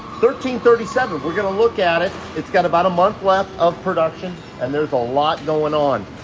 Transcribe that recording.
thirty thirty seven. we're gonna look at it. it's got about a month left of production and there's a lot going on.